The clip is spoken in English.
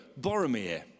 Boromir